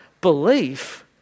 belief